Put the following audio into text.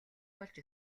болж